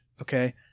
Okay